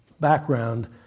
background